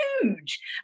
huge